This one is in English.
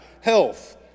health